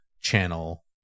channel